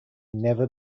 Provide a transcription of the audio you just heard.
never